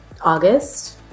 August